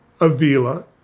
avila